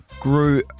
grew